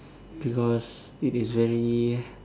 because it is very